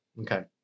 okay